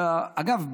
אגב,